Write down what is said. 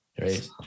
right